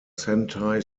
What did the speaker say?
sentai